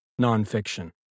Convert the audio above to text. nonfiction